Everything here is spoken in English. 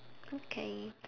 okay